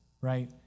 Right